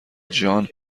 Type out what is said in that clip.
جان